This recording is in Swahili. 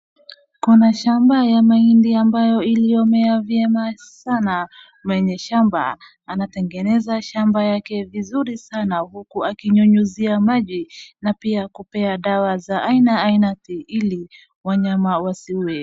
Kuna shamba ya mahindi ambayo iliyomea vyema sana. Mwenye shamba anatengeneza shamba yake vizuri sana huku akinyunyizia maji na pia kupea dawa za aina ainati ili wanyama wasiuwe.